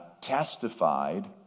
testified